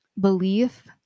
belief